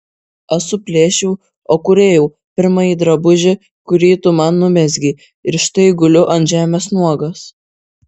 aš suplėšiau o kūrėjau pirmąjį drabužį kurį tu man numezgei iš štai guliu ant žemės nuogas